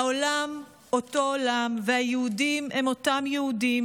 העולם הוא אותו עולם והיהודים הם אותם יהודים